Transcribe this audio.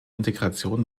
integration